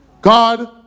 God